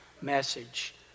message